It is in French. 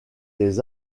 les